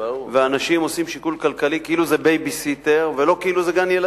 ואנשים עושים שיקול כלכלי כאילו זה בייביסיטר ולא גן-ילדים,